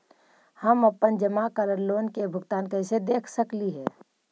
हम अपन जमा करल लोन के भुगतान कैसे देख सकली हे?